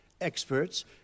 Experts